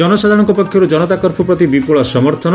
ଜନସାଧାରଣଙ୍ ପକ୍ଷରୁ ଜନତା କର୍ପ୍ୟୁ ପ୍ରତି ବିପୁଳ ସମର୍ଥନ